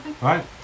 right